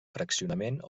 fraccionament